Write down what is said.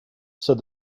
said